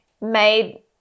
made